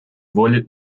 воли